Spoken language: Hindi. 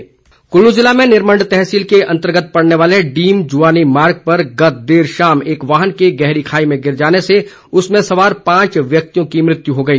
दुर्घटना कुल्लू जिला में निरमंड तहसील के अंतर्गत पड़ने वाले डीमजुआनी मार्ग पर गत देर शाम एक वाहन के गहरी खाई में गिर जाने से उसमें सवार पांच व्यक्तियों की मृत्यु हो गई